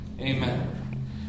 Amen